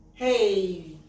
Hey